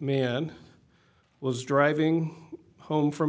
man was driving home from a